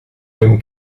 dem